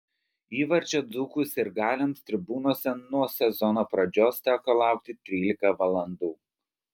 įvarčio dzūkų sirgaliams tribūnose nuo sezono pradžios teko laukti trylika valandų